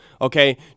Okay